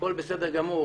הכול בסדר גמור